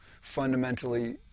fundamentally